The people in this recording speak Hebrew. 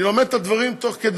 אני אוסיף כמה דברים עכשיו,